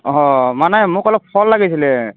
অঁ মানে মোক অলপ ফল লাগিছিলে